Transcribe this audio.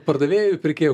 pardavėjų pirkėjų